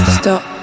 stop